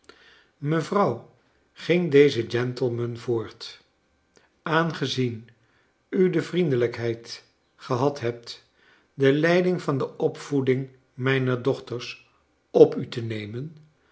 mevrouw ging deze gentleman man voort aangezien u de vriendelijkheid gehad hebt de leiding van de opvoeding mijner dochters op u te nemen